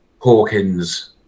Hawkins